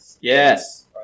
Yes